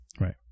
Right